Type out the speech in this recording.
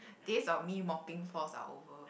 days of me mopping floors are over